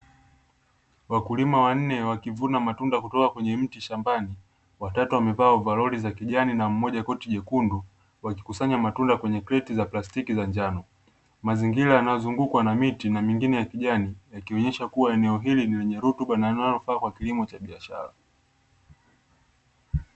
Wakulima wanne wakivuna matunda kutoka kwenye mti shambani, watatu wamebao ovaroli za kijani na mmoja koti jekundu, wakikusanya matunda kwenye kreti za plastiki za njano, mazingira yanayozungukwa na miti na mingine ya kijani yakionyesha kuwa eneo hili ni lenye rutuba na linalofaa kwa kilimo cha biashara.